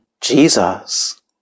Jesus